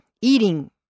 eating